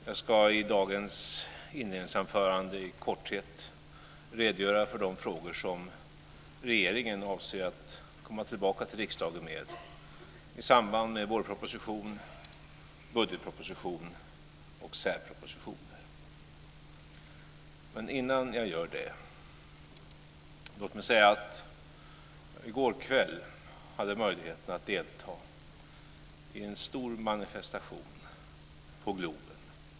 Jag ska i dagens inledningsanförande i korthet redogöra för de frågor som regeringen avser att komma tillbaka till riksdagen med i samband med vårproposition, budgetproposition och särpropositioner. Men innan jag gör det så låt mig säga att i går kväll hade jag möjlighet att delta i en stor manifestation i Globen.